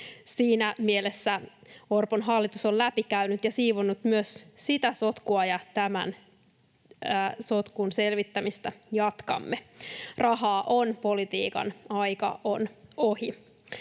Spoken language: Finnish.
Siinä mielessä Orpon hallitus on läpikäynyt ja siivonnut myös sitä sotkua, ja tämän sotkun selvittämistä jatkamme. Rahaa on -politiikan aika on ohi.